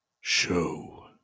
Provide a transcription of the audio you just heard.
show